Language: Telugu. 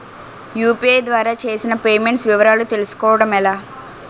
యు.పి.ఐ ద్వారా చేసిన పే మెంట్స్ వివరాలు తెలుసుకోవటం ఎలా?